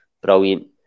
Brilliant